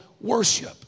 worship